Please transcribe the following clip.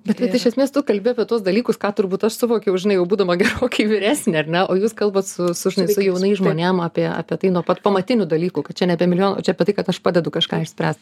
bet vat iš esmės tu kalbi apie tuos dalykus ką turbūt aš suvokiau žinai jau būdama gerokai vyresnė ar ne o jūs kalbat su su žinai jaunais žmonėm apie apie tai nuo pat pamatinių dalykų kad čia ne apie milijoną o čia apie tai kad aš pradedu kažką išspręst